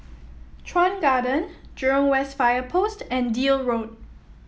Chuan Garden Jurong West Fire Post and Deal Road